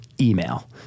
email